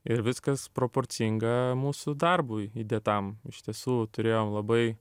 ir viskas proporcinga mūsų darbui įdėtam iš tiesų turėjom labai